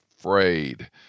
afraid